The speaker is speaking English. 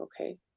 Okay